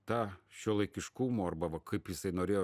tą šiuolaikiškumo arba va kaip jisai norėjo